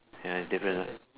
ya it's different lah